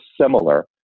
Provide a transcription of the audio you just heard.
similar